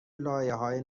لایههای